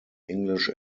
english